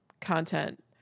content